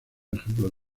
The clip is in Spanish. ejemplo